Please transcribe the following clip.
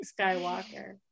Skywalker